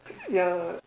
ya